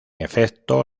efecto